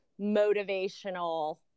motivational